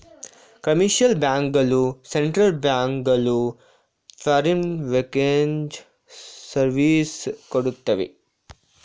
commercial bank ಗಳು central bank ಗಳು foreign exchange service ಕೊಡ್ತವೆ